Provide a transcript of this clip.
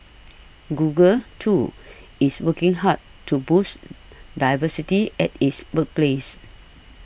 Google too is working hard to boost diversity at its workplace